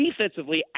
defensively